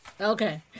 Okay